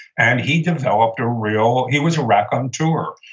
and he developed a real, he was a raconteur.